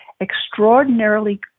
extraordinarily